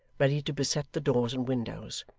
ready to beset the doors and windows.